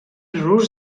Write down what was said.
rus